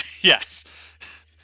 yes